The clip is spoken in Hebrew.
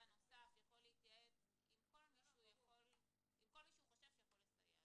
נוסף יכול להתייעץ עם כל מי שהוא חושב שיכול לסייע